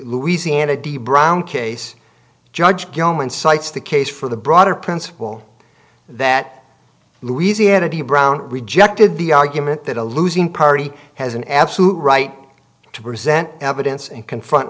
louisiana d brown case judge gilman cites the case for the broader principle that louisiana d brown rejected the argument that a losing party has an absolute right to present evidence and confront